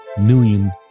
million